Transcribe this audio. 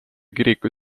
kiriku